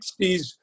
60s